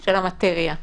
של המטריה.